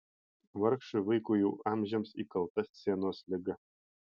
vargšui vaikui jau amžiams įkalta scenos liga